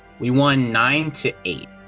we won, nine to eight.